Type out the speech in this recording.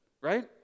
Right